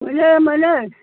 मोनो मोनो